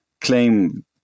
claim